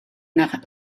nach